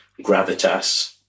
gravitas